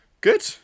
Good